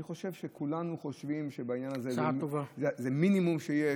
אני חושב שכולנו חושבים שבעניין הזה זה המינימום שיש,